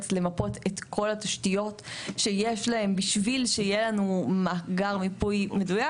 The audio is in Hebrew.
למפות את כל התשתיות שיש להם בשביל שיהיה לנו מאגר מיפוי מדויק,